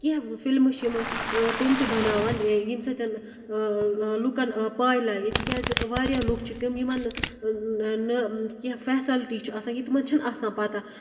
کینٛہہ فِلمہٕ چھِ یِم تِم تہِ بَناوان اے ییٚمہِ سۭتۍ لُکَن پَے لَگہِ تِکیٛازِ واریاہ لُکھ چھِ تِم یِمَن نہٕ نہٕ کینٛہہ فیسَلٹی چھِ آسان یہِ تِمَن چھِنہٕ آسان پَتہ